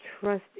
trust